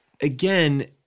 again